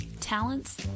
talents